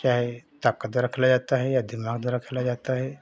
चाहे या दिमाग द्वारा खेला जाता है